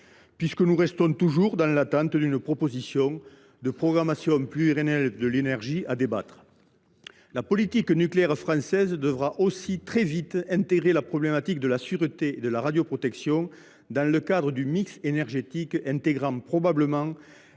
puisque nous restons toujours dans l’attente d’un projet de loi de programmation pluriannuelle de l’énergie. La politique nucléaire française devra aussi très vite intégrer la problématique de la sûreté et de la radioprotection dans le cadre d’un mix énergétique intégrant probablement